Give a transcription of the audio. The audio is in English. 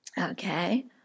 Okay